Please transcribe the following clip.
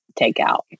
takeout